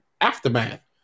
aftermath